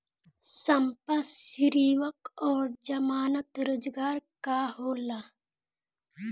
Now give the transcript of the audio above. संपार्श्विक और जमानत रोजगार का होला?